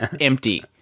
empty